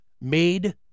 made